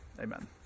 Amen